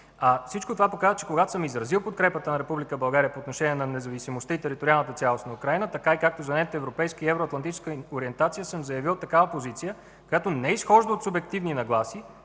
Всичко това показва, че когато съм изразил подкрепата на Република България по отношение на независимостта и териториалната цялост на Украйна, така както и за нейните европейска и евроатлантическа ориентация съм заявил такава позиция, която не изхожда от субективни нагласи,